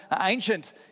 ancient